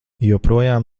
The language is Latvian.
joprojām